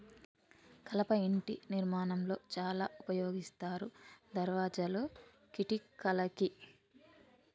కలప ఇంటి నిర్మాణం లో చాల ఉపయోగిస్తారు దర్వాజాలు, కిటికలకి